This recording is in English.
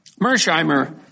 Mersheimer